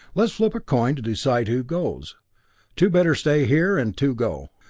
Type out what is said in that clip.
let's flip a coin to decide who goes two better stay here, and two go.